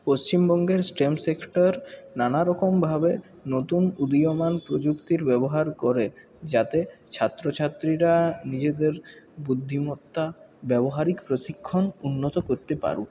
পশ্চিমবঙ্গের stamp sector নানারকমভাবে নতুন উদীয়মান প্রযুক্তির ব্যবহার করে যাতে ছাত্রছাত্রীরা নিজেদের বুদ্ধিমত্তা ব্যবহারিক প্রশিক্ষণ উন্নত করতে পারে